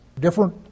Different